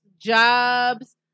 jobs